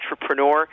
entrepreneur